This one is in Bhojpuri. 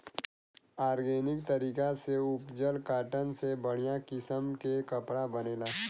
ऑर्गेनिक तरीका से उपजल कॉटन से बढ़िया किसम के कपड़ा बनेला